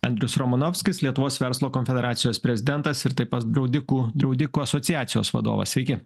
andrius romanovskis lietuvos verslo konfederacijos prezidentas ir taip pat draudikų asociacijos vadovas sveiki